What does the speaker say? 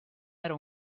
era